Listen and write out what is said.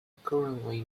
accordingly